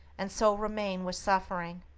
and so remain with suffering.